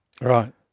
Right